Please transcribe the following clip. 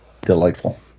delightful